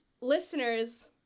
listeners